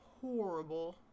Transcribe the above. horrible